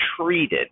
treated